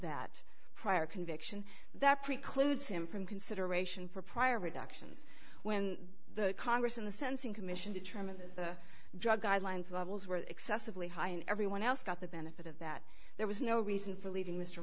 that prior conviction that precludes him from consideration for prior reductions when the congress in the sense in commission determined that the drug guidelines levels were excessively high and everyone else got the benefit of that there was no reason for leaving mr